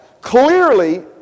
clearly